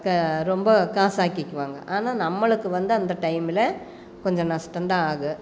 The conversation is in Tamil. ரொம்ப காசாக்கிக்குவாங்க ஆனால் நம்மளுக்கு வந்து அந்த டைமில் கொஞ்சம் நஷ்டந்தான் ஆகும்